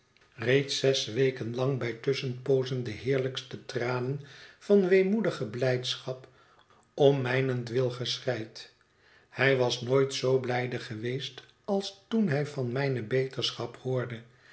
reeds zes weken lang bij lussciienpoozen de heerlijkste tranen van weemoedige blijdschap om mijnentwil geschreid hij was nooit zoo blijde geweest als toen hij van mijne beterschap hoorde